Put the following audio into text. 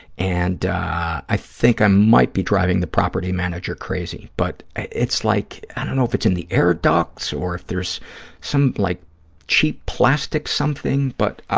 and i think i might be driving the property manager crazy, but it's like, i don't know if it's in the air ducts or if there's some like cheap plastic something, but,